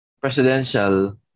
Presidential